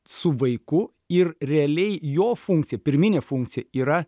su vaiku ir realiai jo funkcija pirminė funkcija yra